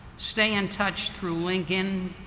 stay in touch through linkedin,